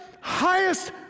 highest